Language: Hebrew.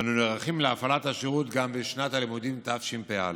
ואנו נערכים להפעלת השירות גם בשנת הלימודים תשפ"א.